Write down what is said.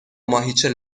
ماهیچه